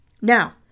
Now